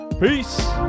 peace